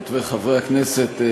חברי וחברות הכנסת,